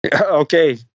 Okay